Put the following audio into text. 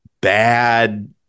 bad